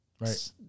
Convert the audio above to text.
Right